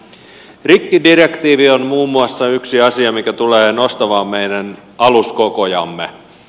muun muassa rikkidirektiivi on yksi asia mikä tulee nostamaan meidän aluskokojamme